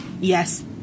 yes